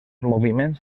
moviments